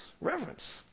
reverence